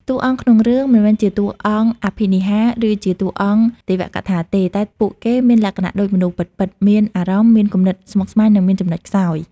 តួអង្គក្នុងរឿងមិនមែនជាតួអង្គអភិនិហា ឬជាតួអង្គទេវកថាទេ តែពួកគេមានលក្ខណៈដូចមនុស្សពិតៗ មានអារម្មណ៍ មានគំនិតស្មុគស្មាញ និងមានចំណុចខ្សោយ។